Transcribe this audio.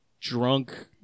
drunk